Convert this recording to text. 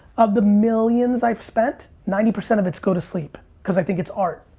of the millions i've spent, ninety percent of it's go to sleep cause i think it's art.